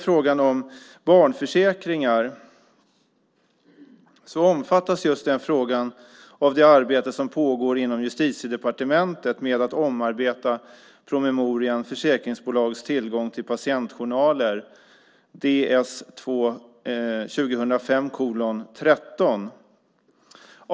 Frågan om barnförsäkringar omfattas av det arbete som pågår inom Justitiedepartementet med att omarbeta promemorian Försäkringsbolags tillgång till patientjournaler , Ds 2005:13.